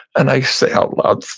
and i say out loud,